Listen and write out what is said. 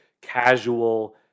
casual